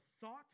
thought